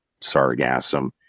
sargassum